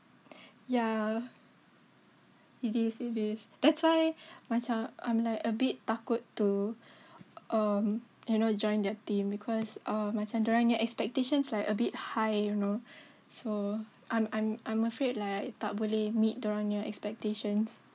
ya it is it is that's why macam I'm like a bit takut to um you know join their team because err macam dorang nya expectations like a bit high you know so I'm I'm I'm afraid like tak boleh meet dorang nya expectations